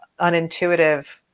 unintuitive